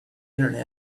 internet